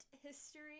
history